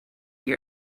your